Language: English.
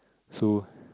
so